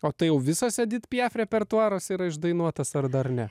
o tai jau visas edit piaf repertuaras yra išdainuotas ar dar ne